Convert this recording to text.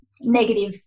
negative